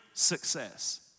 success